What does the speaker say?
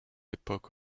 époque